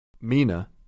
Mina